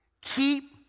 Keep